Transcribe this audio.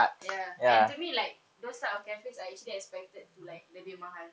ya and to me like those type of cafes I actually expected to like lebih mahal